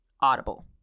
audible